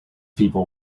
people